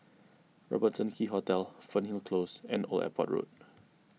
Robertson Quay Hotel Fernhill Close and Old Airport Road